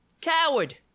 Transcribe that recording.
Coward